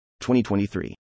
2023